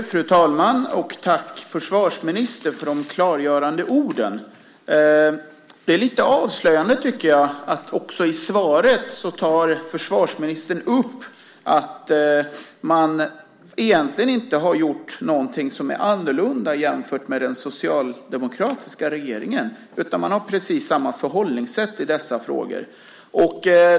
Fru talman! Tack, försvarsministern, för de klargörande orden. Det är lite avslöjande, tycker jag, att försvarsministern i sitt svar tar upp att man egentligen inte har gjort något som är annorlunda jämfört med den socialdemokratiska regeringen, utan man har precis samma förhållningssätt i dessa frågor.